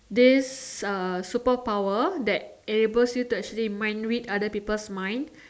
this uh superpower that enables you to actually mind read other people's mind